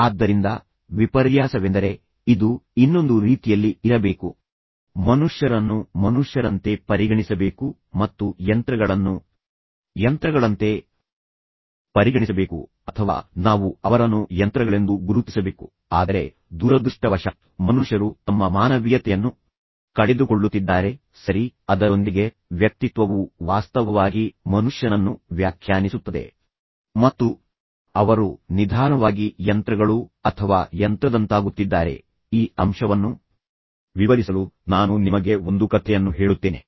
ಆದ್ದರಿಂದ ವಿಪರ್ಯಾಸವೆಂದರೆ ಇದು ಇನ್ನೊಂದು ರೀತಿಯಲ್ಲಿ ಇರಬೇಕು ಮನುಷ್ಯರನ್ನು ಮನುಷ್ಯರಂತೆ ಪರಿಗಣಿಸಬೇಕು ಮತ್ತು ಯಂತ್ರಗಳನ್ನು ಯಂತ್ರಗಳಂತೆ ಪರಿಗಣಿಸಬೇಕು ಅಥವಾ ನಾವು ಅವರನ್ನು ಯಂತ್ರಗಳೆಂದು ಗುರುತಿಸಬೇಕು ಆದರೆ ದುರದೃಷ್ಟವಶಾತ್ ಮನುಷ್ಯರು ತಮ್ಮ ಮಾನವೀಯತೆಯನ್ನು ಕಳೆದುಕೊಳ್ಳುತ್ತಿದ್ದಾರೆ ಸರಿ ಅದರೊಂದಿಗೆ ವ್ಯಕ್ತಿತ್ವವು ವಾಸ್ತವವಾಗಿ ಮನುಷ್ಯನನ್ನು ವ್ಯಾಖ್ಯಾನಿಸುತ್ತದೆ ಮತ್ತು ಅವರು ನಿಧಾನವಾಗಿ ಯಂತ್ರಗಳು ಅಥವಾ ಯಂತ್ರದಂತಾಗುತ್ತಿದ್ದಾರೆ ಈ ಅಂಶವನ್ನು ವಿವರಿಸಲು ನಾನು ನಿಮಗೆ ಒಂದು ಕಥೆಯನ್ನು ಹೇಳುತ್ತೇನೆ